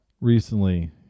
recently